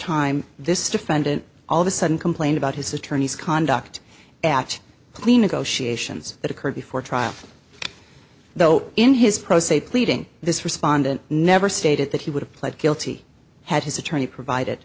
time this defendant all of a sudden complained about his attorney's conduct at clean ago she ations that occurred before trial though in his pro se pleading this respondent never stated that he would have pled guilty had his attorney provided